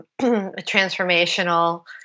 transformational